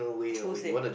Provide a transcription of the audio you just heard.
who say